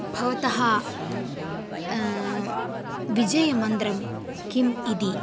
भवतः विजयमन्त्रं किम् इति